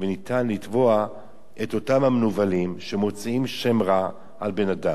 וניתן לתבוע את אותם המנוולים שמוציאים שם רע על בן-אדם.